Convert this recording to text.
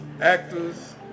actors